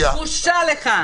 בושה לך.